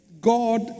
God